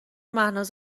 مهناز